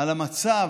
על המצב